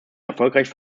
erfolgreich